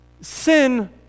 Sin